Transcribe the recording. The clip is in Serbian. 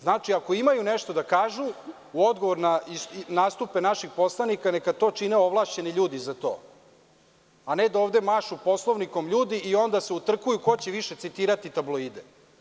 Znači, ako imaju nešto da kažu u odgovoru na nastupe naših poslanika, neka to čine ovlašćeni ljudi za to, a ne da ovde mašu Poslovnikom ljudi i onda se utrkuju ko će više citirati tabloide.